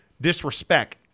Disrespect